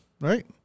right